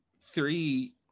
three